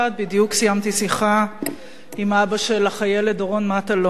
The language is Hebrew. בדיוק סיימתי שיחה עם אבא של החיילת דורון מטלון,